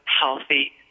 healthy